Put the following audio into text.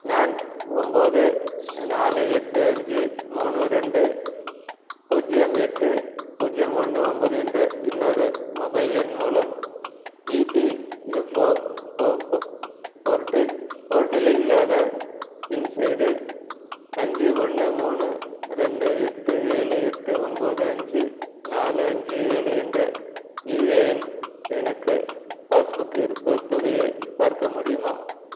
நான் ஒம்போது நாலு எட்டு அஞ்சு மூணு ரெண்டு பூஜ்ஜியம் எட்டு பூஜ்ஜியம் ஒன்று ஒன்பது என்ற இன்னொரு மொபைல் எண் மூலம் இபிஎஃப்ஓ போர்ட்டு போர்ட்டலில் லாக இன் செய்து அஞ்சு ஒன்று மூணு ரெண்டு எட்டு ஏழு எட்டு ஒம்போது அஞ்சு நாலு அஞ்சு ஏழு என்ற யுஏஎன் எண்ணுக்கு பாஸ்புக் இருப்புத் தொகையை பார்க்க முடியுமா